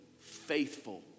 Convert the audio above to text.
faithful